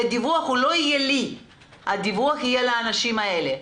הדיווח לא יהיה לי אלא לאנשים האלה.